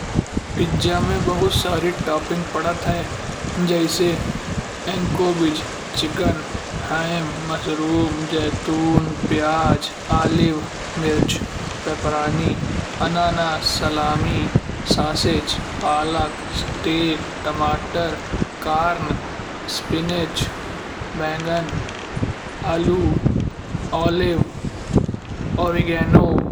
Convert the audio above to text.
पिज्जा में बहुत सारी टॉपिंग पड़त है। जइसे इनकोविज चिकन, हायम मशरूम, जैतून, प्याज, अलाइव, मिर्च, पिपरानी, बनाना, सलामी, सेज, पालक, टमाटर, कार्न, स्पिनच, बैंगन, आलू, ऑलिव, ऑरेगानो।